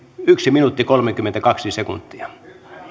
yksi minuutti kolmekymmentäkaksi sekuntia